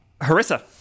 Harissa